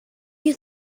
you